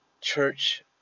church